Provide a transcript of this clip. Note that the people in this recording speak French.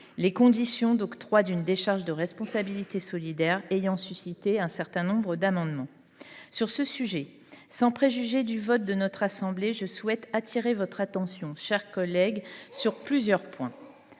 Les conditions d’octroi d’une décharge de responsabilité solidaire ont ainsi fait l’objet de plusieurs amendements. Sur ce sujet, sans préjuger du vote de notre assemblée, je souhaite attirer votre attention, chers collègues, sur plusieurs points.